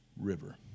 river